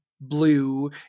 blue